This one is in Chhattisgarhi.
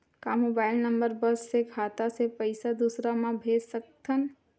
का मोबाइल नंबर बस से खाता से पईसा दूसरा मा भेज सकथन?